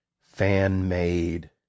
fan-made